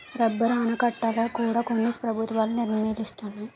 rubber ఆనకట్టల కూడా కొన్ని ప్రభుత్వాలు నిర్మిస్తున్నాయి